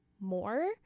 more